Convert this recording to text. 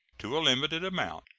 to a limited amount,